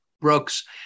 brooks